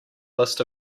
list